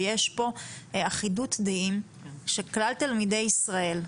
ויש פה אחידות דעים שכלל תלמידי ישראל,